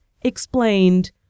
explained